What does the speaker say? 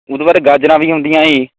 ਉਹ ਤੋਂ ਬਾਅਦ ਗਾਜਰਾਂ ਵੀ ਹੁੰਦੀਆਂ ਜੀ